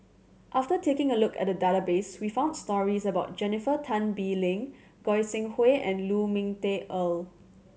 after taking a look at database we found stories about Jennifer Tan Bee Leng Goi Seng Hui and Lu Ming Teh Earl